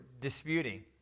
disputing